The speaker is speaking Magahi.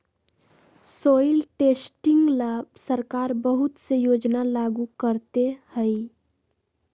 सॉइल टेस्टिंग ला सरकार बहुत से योजना लागू करते हई